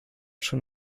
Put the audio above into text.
schon